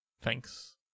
Thanks